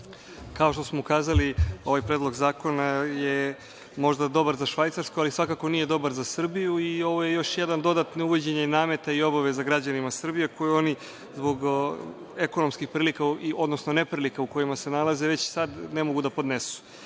Kao što smo ukazali, ovaj Predlog zakona je možda dobar za Švajcarsku, ali svakako nije dobar za Srbiju i ovo je još jedno dodatno uvođenje nameta i obaveza građanima Srbije koju oni zbog ekonomskih prilika, odnosno neprilika u kojima se nalaze, već sada ne mogu da podnesu. Naime,